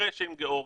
כנראה שעם גיאורגיה,